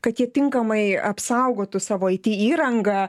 kad jie tinkamai apsaugotų savo it įrangą